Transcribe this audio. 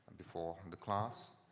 before the class.